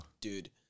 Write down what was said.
Dude